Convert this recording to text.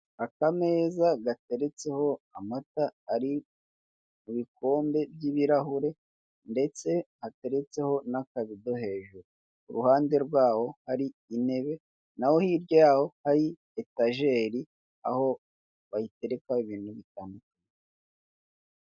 Akameza gateretseho amata ari mu bikombe by'ibirahure, ndetse gateretseho n'akabido hejuru; iruhande rwaho hari intebe, na ho hirya ya ho hari etageri, aho bayiterekaho ibintu bitandukanye.